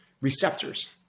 receptors